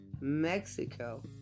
Mexico